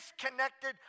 disconnected